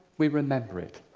we remember it.